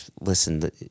listen